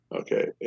Okay